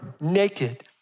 naked